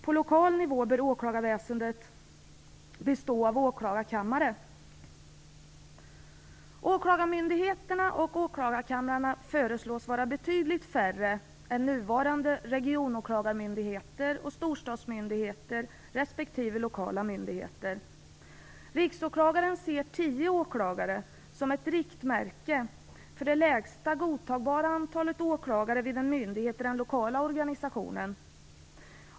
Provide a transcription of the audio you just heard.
På lokal nivå bör åklagarväsendet bestå av åklagarkammare. Åklagarmyndigheterna och åklagarkamrarna föreslås bli betydligt färre än nuvarande regionalåklagarmyndigheter och storstadsmyndigheter respektive lokala myndigheter. Riksåklagaren ser tio åklagare som ett riktmärke för det lägsta godtagbara antalet åklagare vid en myndighet i den lokala organisationen.